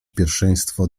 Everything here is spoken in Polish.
pierwszeństwo